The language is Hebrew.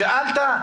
שאלת?